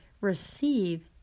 receive